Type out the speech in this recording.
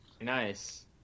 Nice